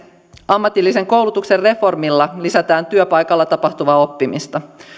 ammatillisen koulutuksen reformilla lisätään työpaikalla tapahtuvaa oppimista